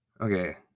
okay